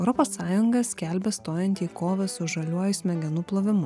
europos sąjunga skelbia stojanti į kovą su žaliuoju smegenų plovimu